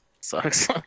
sucks